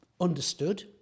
understood